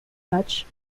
matchs